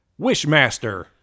Wishmaster